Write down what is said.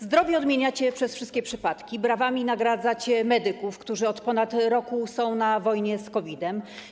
Zdrowie odmieniacie przez wszystkie przypadki, brawami nagradzacie medyków, którzy od ponad roku są na wojnie z COVID-em.